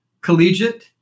collegiate